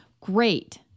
great